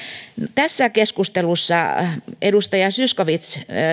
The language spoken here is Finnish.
tässä keskustelussa edustaja zyskowicz